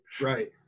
Right